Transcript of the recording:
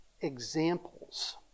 examples